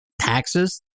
taxes